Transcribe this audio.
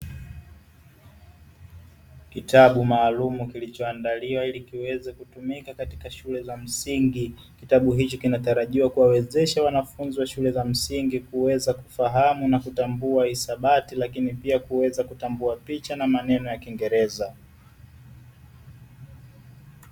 kitabu maalumu kilichoandaliwa ili kiweze kutumika katika shule za msingi, kitabu hichi kinatalajiwa kuwawezesha wanafunzi wa shule za msingi kuweza kufahamu na kutambua hisabati lakini pia kuweza kutambua picha na maneno ya kiingereza.